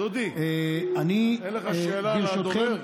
דודי, אין לך שאלה לדובר?